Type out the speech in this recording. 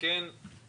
רוצים